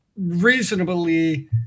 reasonably